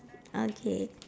okay